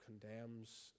condemns